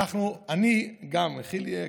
גם חילי היקר.